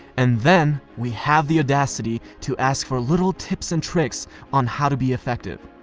and then we have the audacity to ask for little tips and tricks on how to be effective.